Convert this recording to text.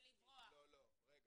הנתונים אצלך, לא אצלי.